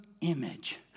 image